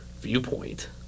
viewpoint